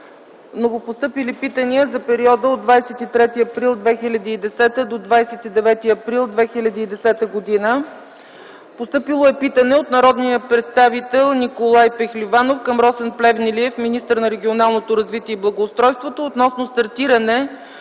Новопостъпили питания за периода 23-29 април 2010 г. Постъпило е питане от народния представител Николай Пехливанов към Росен Плевнелиев – министър на регионалното развитие и благоустройството, относно стартиране